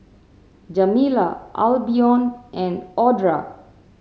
Jamila Albion and Audra